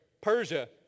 Persia